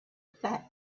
fat